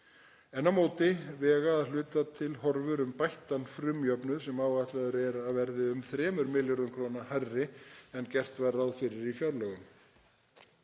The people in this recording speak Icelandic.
Á móti vega að hluta horfur um bættan frumjöfnuð sem áætlaður er að verði um 3 milljörðum kr. hærri en gert var ráð fyrir í fjárlögum.